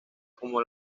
como